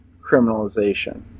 criminalization